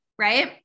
Right